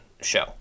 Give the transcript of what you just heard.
show